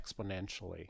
exponentially